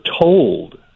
told